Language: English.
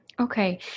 Okay